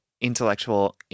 intellectual